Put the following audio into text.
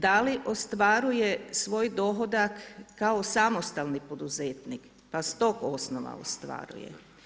Da li ostvaruje svoj dohodak kao samostalnih poduzetnik pa s tog osnova ostvaruje.